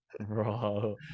Bro